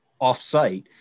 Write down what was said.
off-site